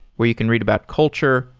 where you can read about culture,